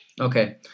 okay